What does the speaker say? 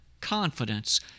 confidence